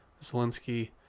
Zelensky